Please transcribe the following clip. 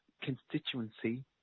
constituency